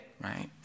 right